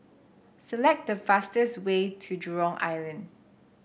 select the fastest way to Jurong Island